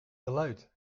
geluid